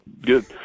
Good